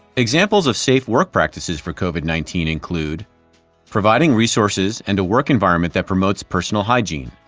examples of safe work practices for covid nineteen include providing resources and a work environment that promotes personal hygiene.